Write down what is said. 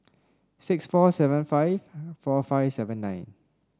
six four seven five four five seven nine